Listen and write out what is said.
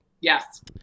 yes